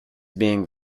being